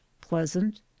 pleasant